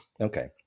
Okay